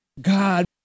God